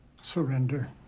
Surrender